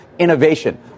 Innovation